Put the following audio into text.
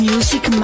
Music